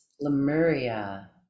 lemuria